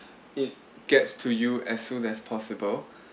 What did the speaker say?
it gets to you as soon as possible